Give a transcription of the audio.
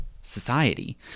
society